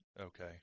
Okay